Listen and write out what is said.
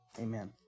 Amen